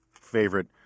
favorite